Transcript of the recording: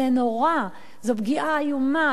זה נורא, זאת פגיעה איומה.